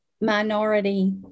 minority